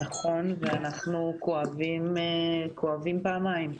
נכון, ואנחנו כואבים פעמיים: